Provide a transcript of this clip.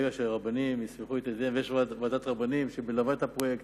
ברגע שרבנים, יש ועדת רבנים שמלווה את הפרויקט,